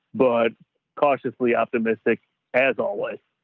but cautiously optimistic as always,